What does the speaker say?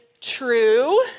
true